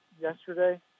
yesterday